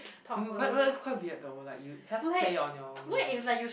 but but that's quite weird though like you have clay on your nose